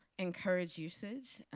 encourage usage.